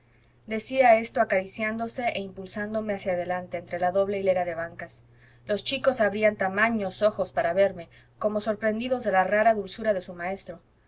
decía esto acariciándose e impulsándome hacia adelante entre la doble hilera de bancas los chicos abrían tamaños ojos para verme como sorprendidos de la rara dulzura de su maestro